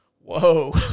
Whoa